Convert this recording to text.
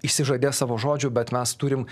išsižadės savo žodžių bet mes turim